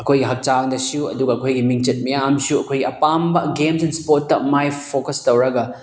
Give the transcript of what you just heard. ꯑꯩꯈꯣꯏꯒꯤ ꯍꯛꯆꯥꯡꯗꯁꯨ ꯑꯗꯨꯒ ꯑꯩꯈꯣꯏꯒꯤ ꯃꯤꯡꯆꯠ ꯃꯌꯥꯝꯁꯨ ꯑꯩꯈꯣꯏꯒꯤ ꯑꯄꯥꯝꯕ ꯒꯦꯝꯁ ꯑꯦꯟ ꯏꯁꯄꯣꯔꯠꯇ ꯃꯥꯏ ꯐꯣꯀꯁ ꯇꯧꯔꯒ